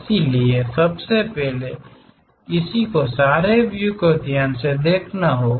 इसलिए सबसे पहले किसी को सारे व्यू को ध्यान से देखना होगा